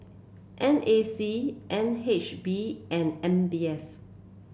N A C N H B and M B S